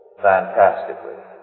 Fantastically